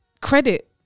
credit